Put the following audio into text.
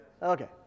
Okay